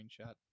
screenshot